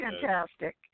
fantastic